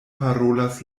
parolas